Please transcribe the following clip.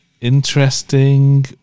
Interesting